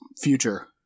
future